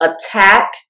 attack